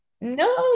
No